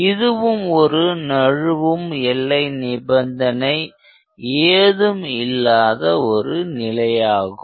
இதுவும் நழுவும் எல்லை நிபந்தனை ஏதும் இல்லாத ஒரு நிலையாகும்